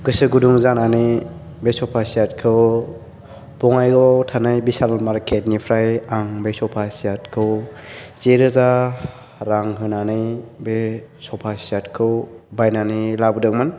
गोसो गुदुं जानानै बे स'फा सेत खौ बङाइगावआव थानाय बिसाल मार्केट निफ्राय आं बे स'फा सेत खौ जिरोजा रां होनानै बायनानै लाबोदोंमोन